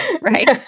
right